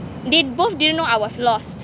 they both didn't know I was lost